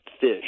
fish